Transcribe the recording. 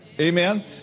Amen